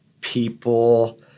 people